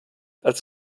als